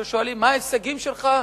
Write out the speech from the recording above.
כששואלים: מה ההישגים שלך?